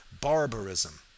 barbarism